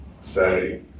say